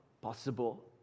possible